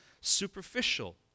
superficial